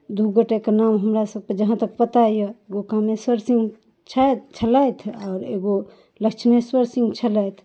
दुइ गोटेक नाम हमरा सबके जहाँ तक पता अइ एगो कामेश्वर सिंह छथि छलथि आओर एगो लक्ष्मीश्वर सिंह छलथि